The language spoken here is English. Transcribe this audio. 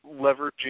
leveraging